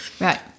Right